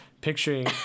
picturing